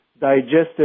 digested